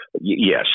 Yes